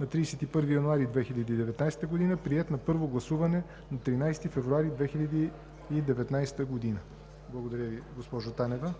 на 31 януари 2019 г., приет на първо гласуване на 13 февруари 2019 г. Благодаря Ви, госпожо Танева.